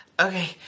Okay